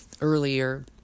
earlier